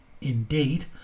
indeed